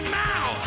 now